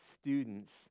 students